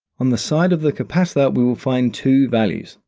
on the side of the capacitor, we will find two values.